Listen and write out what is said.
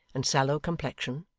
and sallow complexion,